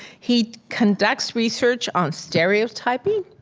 he conducts research on stereotyping,